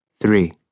Three